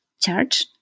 charge